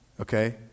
Okay